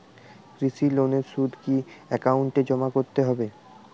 কৃষি লোনের সুদ কি একাউন্টে জমা করতে হবে?